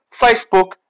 Facebook